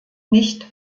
nicht